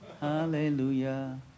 hallelujah